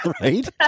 right